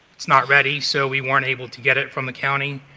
it's not ready, so we weren't able to get it from the county.